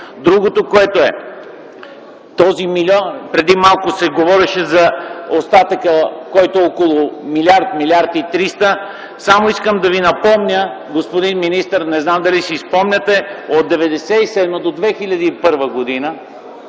Другото - преди малко се говореше за остатъка, който е около милиард, милиард и триста, само искам да Ви напомня, господин министър, не зная дали си спомняте – от 1997 до 2001 г.